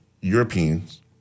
Europeans